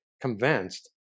convinced